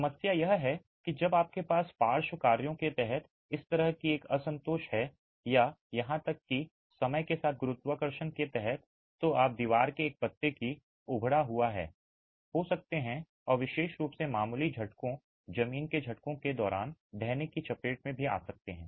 समस्या यह है कि जब आपके पास पार्श्व कार्यों के तहत इस तरह की एक असंतोष है या यहां तक कि समय के साथ गुरुत्वाकर्षण के तहत तो आप दीवार के एक पत्ते की उभड़ा हुआ हो सकते हैं और विशेष रूप से मामूली झटकों जमीन के झटकों के दौरान ढहने की चपेट में आ सकते हैं